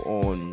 on